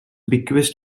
bequest